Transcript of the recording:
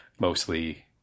mostly